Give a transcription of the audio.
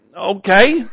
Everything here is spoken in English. Okay